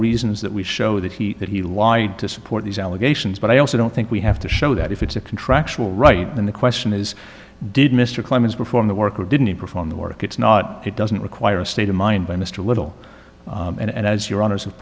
reasons that we show that he that he lied to support these allegations but i also don't think we have to show that if it's a contractual right then the question is did mr clemens perform the work or didn't perform the work it's not it doesn't require a state of mind by mr little and as your honour's